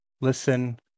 listen